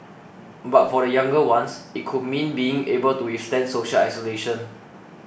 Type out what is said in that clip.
but for the younger ones it could mean being able to withstand social isolation